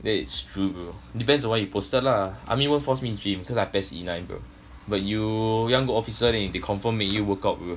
that's true bro depends on where you posted lah army workforce need gym cause I PES E nine bro but you want go be officers then they confirm need you workout bro